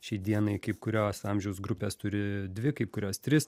šiai dienai kaip kurios amžiaus grupės turi dvi kaip kurios tris